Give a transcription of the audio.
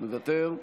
מוותר.